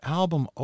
album